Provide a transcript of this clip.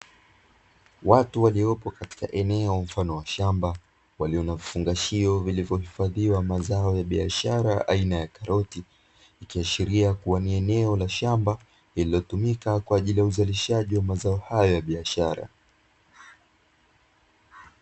Watu waliopo katika eneo mfano wa shamba walio na vifungashio vilivyohifadhiwa na mazao ya biashara aina ya karoti, ikiashiria kuwa ni eneo la shamba lililotumika kwajili ya uzalishaji wa mazao hayo ya biashara.